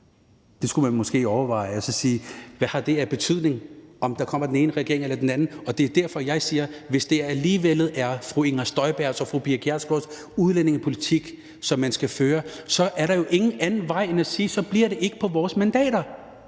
Det skulle man måske overveje og så spørge: Hvad har det af betydning, om der kommer den ene regering eller den anden? Det er derfor, jeg siger, at hvis det alligevel er fru Inger Støjbergs og fru Pia Kjærsgaards udlændingepolitik, som man skal føre, så er der ingen anden vej end at sige: Så bliver det ikke på vores mandater.